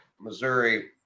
Missouri